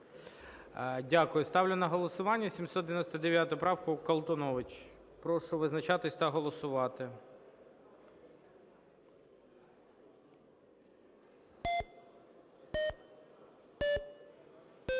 Дякую. Ставлю на голосування 799 правку, Колтунович. Прошу визначатись та голосувати.